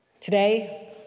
Today